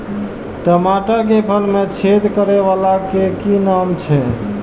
टमाटर के फल में छेद करै वाला के कि नाम छै?